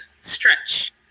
Stretch